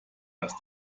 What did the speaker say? dass